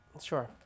Sure